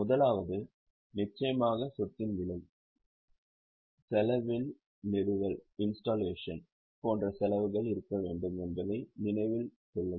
முதலாவது நிச்சயமாக சொத்தின் விலை செலவில் நிறுவல் போன்ற செலவுகள் இருக்க வேண்டும் என்பதை நினைவில் கொள்ளுங்கள்